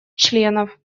членов